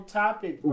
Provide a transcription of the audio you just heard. topic